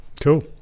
cool